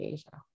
Asia